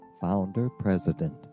founder-president